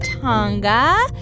Tonga